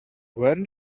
where